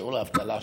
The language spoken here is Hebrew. שיעור האבטלה,